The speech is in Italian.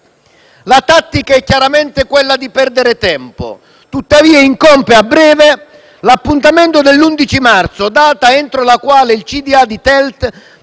La tattica è chiaramente quella di perdere tempo. Tuttavia, incombe a breve l'appuntamento dell'11 marzo, data entro la quale il consiglio